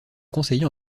conseiller